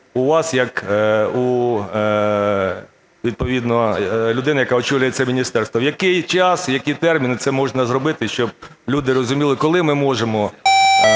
у відповідно людини, яка очолює це міністерство. В який час і в які терміни це можна зробити, щоб люди розуміли, коли ми можемо